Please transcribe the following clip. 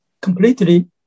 completely